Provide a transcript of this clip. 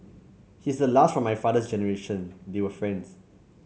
he's the last from my father's generation they were friends